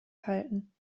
halten